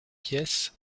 pièces